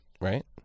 right